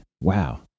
wow